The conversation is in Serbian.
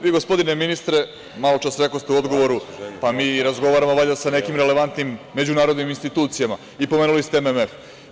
Vi, gospodine ministre, maločas rekoste u odgovoru – pa mi i razgovaramo valjda sa nekim relevantnim međunarodnim institucijama i pomenuli ste MMF.